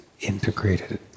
integrated